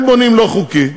הם בונים לא חוקי.